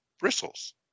bristles